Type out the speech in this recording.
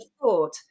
thought